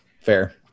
fair